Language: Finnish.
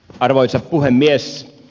arvoisa puhemies